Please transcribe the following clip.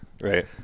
Right